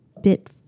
bit